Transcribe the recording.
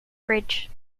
bridge